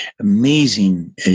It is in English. amazing